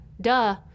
duh